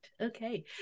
Okay